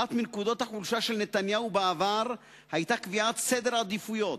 אחת מנקודות החולשה של נתניהו בעבר היתה קביעת סדר עדיפויות.